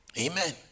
Amen